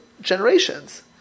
generations